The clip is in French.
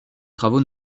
travaux